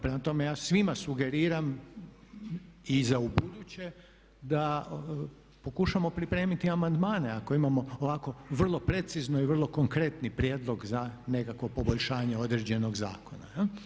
Prema tome ja svima sugeriram i za ubuduće da pokušamo pripremiti amandmane ako imamo ovako vrlo precizno i vrlo konkretni prijedlog za nekakvo poboljšanje određenog zakona.